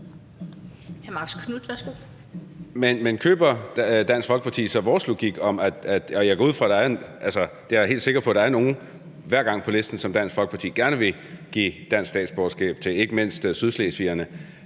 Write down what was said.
Men køber Dansk Folkeparti så vores logik? Jeg er helt sikker på, at der hver gang er nogle på listen, som Dansk Folkeparti gerne vil give dansk statsborgerskab til, ikke mindst sydslesvigerne.